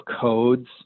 codes